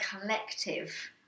collective